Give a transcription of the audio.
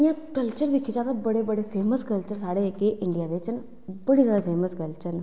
ओह् कल्चर साढ़े बड़े बड़े फेमस कल्चर साढ़े इंडिया बिच न बड़े जादा फेमस कल्चर न